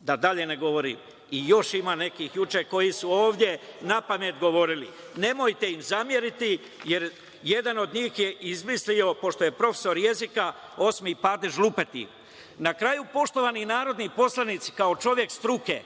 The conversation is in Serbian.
da dalje ne govorim. Još ima nekih juče koji su ovde napamet govorili. Nemojte im zameriti, jer jedan od njih je izmislio, pošto je profesor jezika, osmi padež lupetiv. Na kraju, poštovani narodni poslanici, kao čovek struke